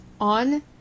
on